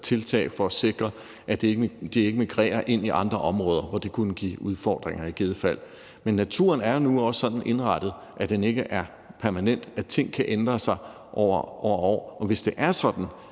tiltag for at sikre, at de ikke migrerer ind i andre områder, hvor det i givet fald kunne give udfordringer. Men naturen er nu også sådan indrettet, at den ikke er permanent, og at ting kan ændre sig over år. Hvis det er sådan,